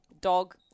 Dog